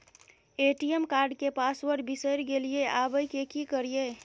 ATM card के password बिसरि गेलियै आबय की करियै?